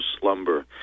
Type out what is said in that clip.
slumber